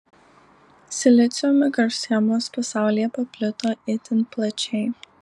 silicio mikroschemos pasaulyje paplito itin plačiai